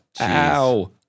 Ow